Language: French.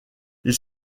ils